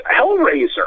hellraiser